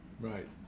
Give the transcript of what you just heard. Right